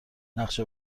نقشه